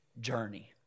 journey